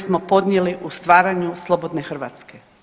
smo podnijeli u stvaranju slobodne Hrvatske.